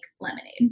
lemonade